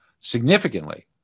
significantly